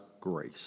grace